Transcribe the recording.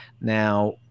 Now